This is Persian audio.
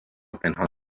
پنهان